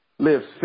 live